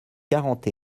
quarante